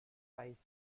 high